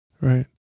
Right